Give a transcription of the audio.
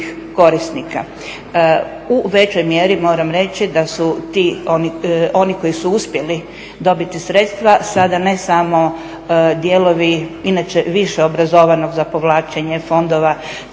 U većoj mjeri, moram reći da su ti, oni koji su uspjeli dobiti sredstva, sada ne samo dijelovi, inače više obrazovanog za povlačenje fondova